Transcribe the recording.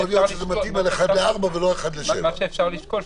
להיות שזה מתאים על 4:1 ולא על 7:1. מה שאפשר לשקול,